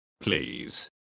please